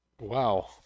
Wow